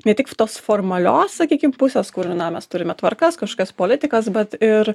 ne tik tos formalios sakykim pusės kur na mes turime tvarkas kažkokias politikas bet ir